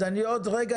זה לא משהו